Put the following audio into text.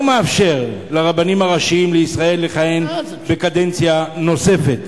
מאפשר לרבנים הראשיים לישראל לכהן בקדנציה נוספת